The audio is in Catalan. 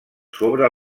sobre